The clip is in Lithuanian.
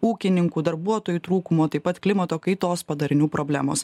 ūkininkų darbuotojų trūkumo taip pat klimato kaitos padarinių problemos